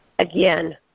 Again